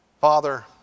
Father